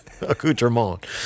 Accoutrement